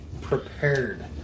prepared